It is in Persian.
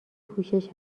پوشش